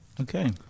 Okay